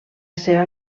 seva